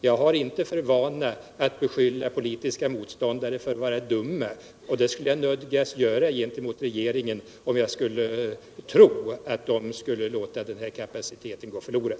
Jag har inte för vana att beskylla politiska motståndare för att vara dumma. Det skulle jag nödgas göra gentemot regeringen om jag trodde att man skulle låta den här kapaciteten gå förlorad.